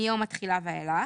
מיום התחילה ואילך,